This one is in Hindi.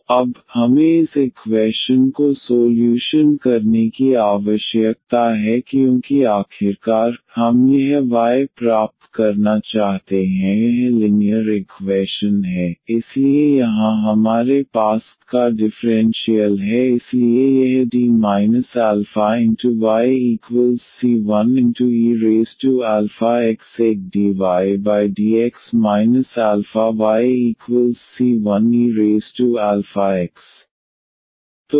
तो अब हमें इस इक्वैशन को सोल्यूशन करने की आवश्यकता है क्योंकि आखिरकार हम यह y प्राप्त करना चाहते हैं यह लिनीयर इक्वैशन है इसलिए यहां हमारे पास y का डिफ़्रेंशियल है इसलिए यह D αyc1eαx एक dydx αyc1eαx